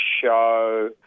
show